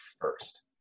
first